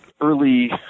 early